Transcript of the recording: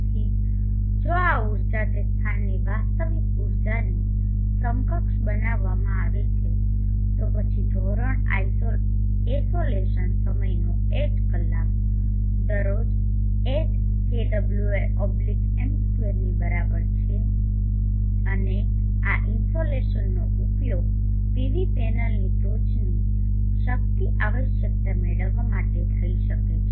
તેથી જો આ ઊર્જા તે સ્થાનની વાસ્તવિક ઊર્જાની સમકક્ષ બનાવવામાં આવે છે તો પછી ધોરણ એસોલેશન સમયનો H કલાક દરરોજ એચ kWm2 ની બરાબર છે અને આ ઇનસોલેશનનો ઉપયોગ PV પેનલની ટોચની શક્તિ આવશ્યકતા મેળવવા માટે થઈ શકે છે